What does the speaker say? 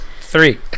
three